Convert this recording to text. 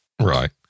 Right